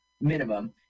minimum